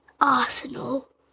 Arsenal